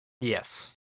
Yes